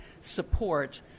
support